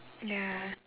ya